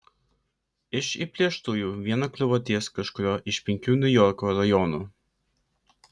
iš įplėštųjų viena kliuvo ties kažkuriuo iš penkių niujorko rajonų